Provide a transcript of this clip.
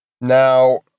Now